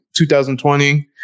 2020